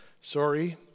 Sorry